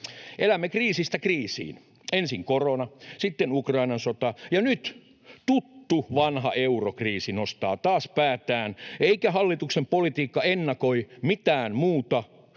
Elämme kriisistä kriisiin — ensin korona, sitten Ukrainan sota, ja nyt tuttu, vanha eurokriisi nostaa taas päätään, eikä hallituksen politiikka ennakoi mitään muuta kuin